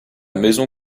maison